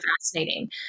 fascinating